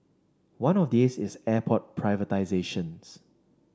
one of these is airport privatisations